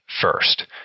first